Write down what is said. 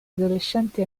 adolescenti